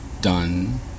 done